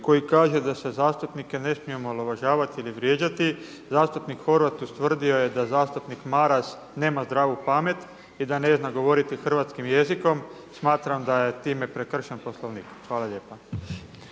koji kaže da se zastupnike ne smije omalovažavati ili vrijeđati. Zastupnik Horvat ustvrdio je da zastupnik Maras nema zdravu pamet i da ne zna govoriti hrvatskim jezikom. Smatram da je time prekršen Poslovnik. Hvala lijepa.